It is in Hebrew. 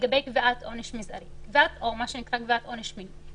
לגבי קביעת עונש מזערי או מה שנקרא קביעת עונש מינימום: